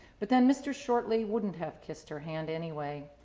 but then mr. shortley wouldn't have kissed her hand anyway.